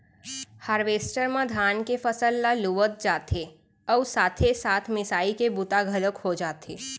harvester म धान के फसल ल लुवत जाथे अउ साथे साथ मिसाई के बूता घलोक हो जाथे